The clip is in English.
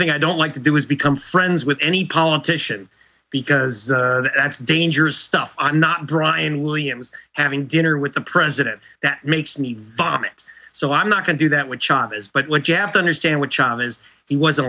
thing i don't like to do is become friends with any politician because that's dangerous stuff i'm not brian williams having dinner with the president that makes me vomit so i'm not going do that with chavez but what you have to understand what chavez he was